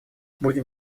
будем